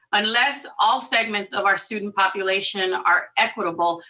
unless all segments of our student population are equitable,